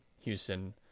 Houston